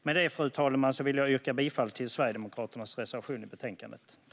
Med det, fru talman, vill jag yrka bifall till Sverigedemokraternas reservation i betänkandet.